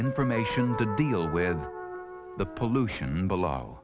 information to deal with the pollution below